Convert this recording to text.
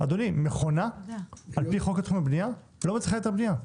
מכונה על-פי חוק תכנון ובנייה לא מצריכה היתר בנייה.